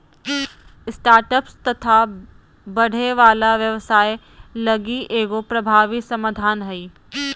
startups तथा बढ़े वाला व्यवसाय लगी एगो प्रभावी समाधान हइ